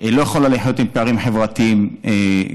לא יכולה לחיות עם פערים חברתיים גדולים.